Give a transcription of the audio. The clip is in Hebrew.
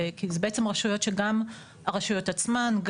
זה בעצם גם הרשויות עצמן.